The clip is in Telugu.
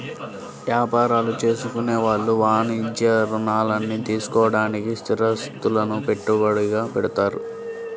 యాపారాలు చేసుకునే వాళ్ళు వాణిజ్య రుణాల్ని తీసుకోడానికి స్థిరాస్తులను పెట్టుబడిగా పెడతారు